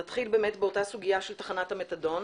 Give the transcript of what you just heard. נתחיל באמת באותה סוגיה של תחנת המתדון.